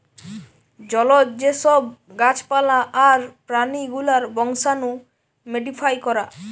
জলজ যে সব গাছ পালা আর প্রাণী গুলার বংশাণু মোডিফাই করা